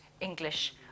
English